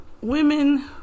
Women